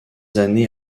années